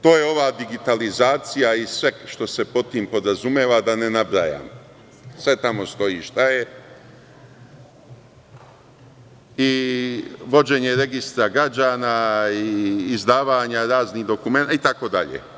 To je ova digitalizacija i sve što se pod tim podrazumeva, da ne nabrajam, sve tamo stoji šta je i vođenje registra građana i izdavanja raznih dokumenata itd.